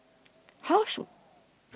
how